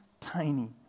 tiny